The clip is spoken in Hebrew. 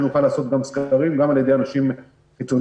שנוכל לעשות סקרים גם על ידי אנשים חיצוניים.